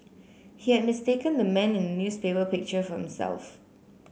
he had mistaken the man in newspaper picture for himself